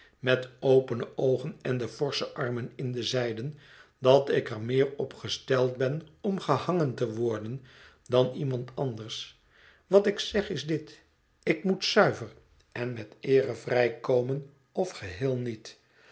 met opene oogen en de forsche armen in de zijden dat ik er meer op gesteld ben om gehangen te worden dan iemand anders wat ik zeg is dit ik moet zuiver en met eere vrij komen of geheel niet